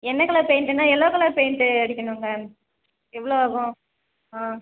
என்ன கலர் பெயிண்ட்டுனா yellow colour paint அடிக்கணுங்க எவ்வளோ ஆகும் ஆ